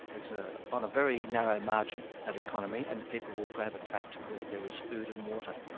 it's ah on a very narrow margin, that economy, and people will gravitate to where there is food and water.